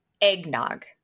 eggnog